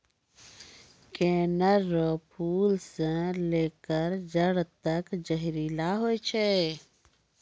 कनेर रो फूल से लेकर जड़ तक जहरीला होय छै